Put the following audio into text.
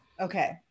Okay